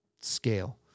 scale